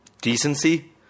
decency